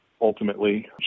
ultimately